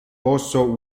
posso